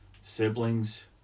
siblings